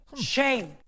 Shame